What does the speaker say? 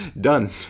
Done